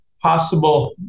possible